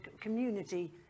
community